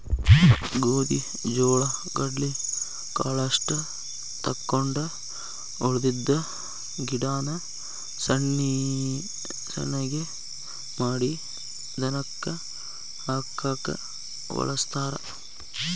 ಗೋದಿ ಜೋಳಾ ಕಡ್ಲಿ ಕಾಳಷ್ಟ ತಕ್ಕೊಂಡ ಉಳದಿದ್ದ ಗಿಡಾನ ಸಣ್ಣಗೆ ಮಾಡಿ ದನಕ್ಕ ಹಾಕಾಕ ವಳಸ್ತಾರ